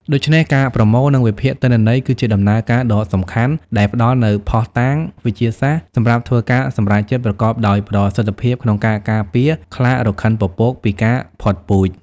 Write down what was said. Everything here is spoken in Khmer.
ដូច្នេះ ការប្រមូល និងវិភាគទិន្នន័យគឺជាដំណើរការដ៏សំខាន់ដែលផ្តល់នូវភស្តុតាងវិទ្យាសាស្ត្រសម្រាប់ធ្វើការសម្រេចចិត្តប្រកបដោយប្រសិទ្ធភាពក្នុងការការពារខ្លារខិនពពកពីការផុតពូជ។